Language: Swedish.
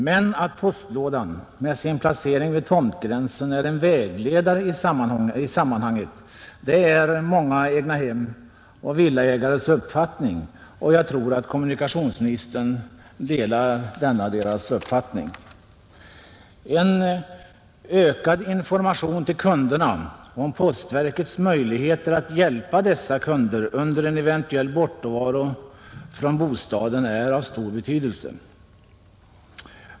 Men att postlådan med sin placering vid tomtgränsen är en vägledare i sammanhanget, det är många egnahemsoch villaägares uppfattning, och jag tror att kommunikationsministern delar denna deras uppfattning. En ökad information till kunderna om postverkets möjligheter att hjälpa dessa kunder under en eventuell bortovaro från bostaden är av stor betydelse.